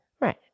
Right